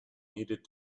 needed